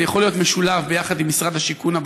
זה יכול להיות משולב ביחד עם משרד השיכון,